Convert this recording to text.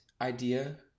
idea